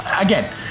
Again